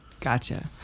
Gotcha